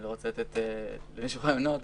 אני לא רוצה לתת למישהו רעיונות,